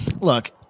look